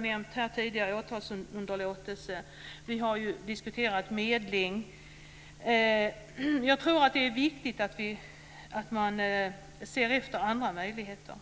nämnts strafföreläggande, åtalsunderlåtelse och medling vid brott. Jag tror att det är viktigt att man ser sig om efter nya möjligheter.